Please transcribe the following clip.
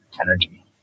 energy